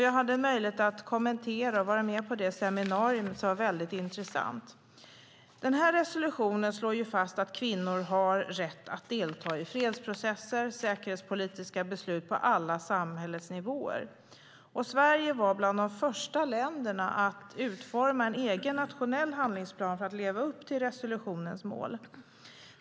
Jag hade möjlighet att vara med på det seminariet, och det var väldigt intressant. Resolutionen slår fast att kvinnor har rätt att delta i fredsprocesser och säkerhetspolitiska beslut på alla samhällets nivåer. Sverige var bland de första länderna att utforma en egen nationell handlingsplan för att leva upp till resolutionens mål.